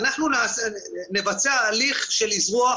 אנחנו נבצע הליך של אזרוח